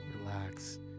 relax